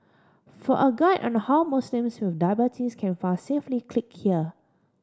for a guide on how Muslims with diabetes can fast safely click here